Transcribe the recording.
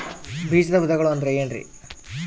ಬೇಜದ ವಿಧಗಳು ಅಂದ್ರೆ ಏನ್ರಿ?